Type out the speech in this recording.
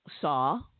saw